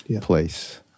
place